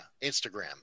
Instagram